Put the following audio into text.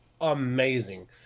amazing